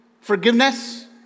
forgiveness